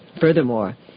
Furthermore